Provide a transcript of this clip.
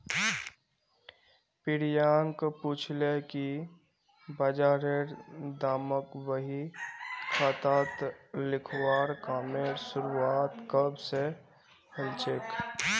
प्रियांक पूछले कि बजारेर दामक बही खातात लिखवार कामेर शुरुआत कब स हलछेक